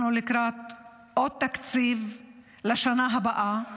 אנחנו לקראת עוד תקציב לשנה הבאה.